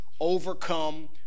overcome